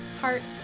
Hearts